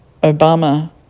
Obama